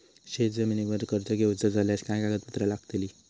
शेत जमिनीवर कर्ज घेऊचा झाल्यास काय कागदपत्र लागतली?